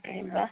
ಇಲ್ವಾ